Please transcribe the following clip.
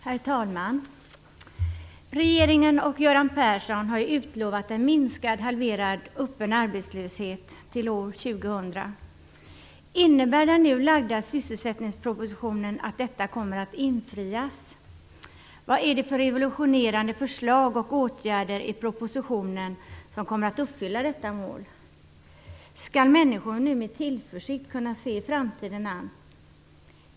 Herr talman! Regeringen och Göran Persson har utlovat en minskad, halverad, öppen arbetslöshet till år 2000. Innebär den nu framlagda sysselsättningspropositionen att detta kommer att infrias? Vad är det för revolutionerande förslag och åtgärder i propositionen som kommer att göra att detta mål uppfylls? Skall människor nu kunna se framtiden an med tillförsikt?